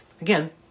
Again